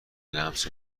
لمست